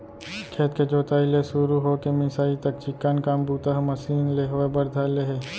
खेत के जोताई ले सुरू हो के मिंसाई तक चिक्कन काम बूता ह मसीन ले होय बर धर ले हे